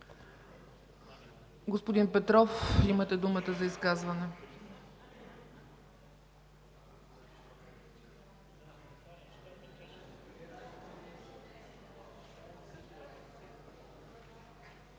Господин Петров, имате думата за изказване.